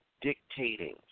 dictating